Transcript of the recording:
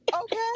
okay